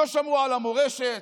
ולא שמרו על המורשת,